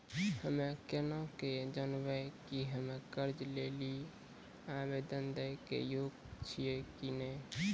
हम्मे केना के जानबै कि हम्मे कर्जा लै लेली आवेदन दै के योग्य छियै कि नै?